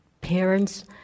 parents